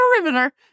perimeter